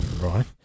Right